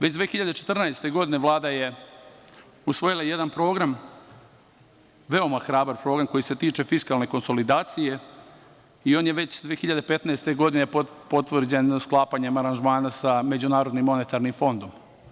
Već 2014. godine Vlada je usvojila jedan program, veoma hrabar program koji se tiče fiskalne konsolidacije i on je već 2015. godine potvrđen na sklapanju aranžmana sa Međunarodnim monetarnim fondom.